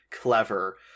clever